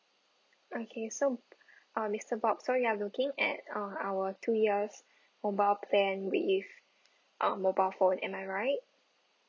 okay so uh mister bob so you are looking at uh our two years mobile plan with uh mobile phone am I right